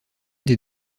des